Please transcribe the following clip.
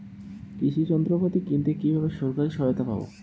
কৃষি যন্ত্রপাতি কিনতে কিভাবে সরকারী সহায়তা পাব?